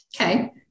Okay